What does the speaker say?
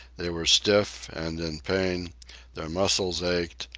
they were stiff and in pain their muscles ached,